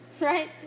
right